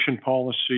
policy